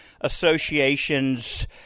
Association's